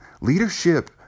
leadership